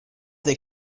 they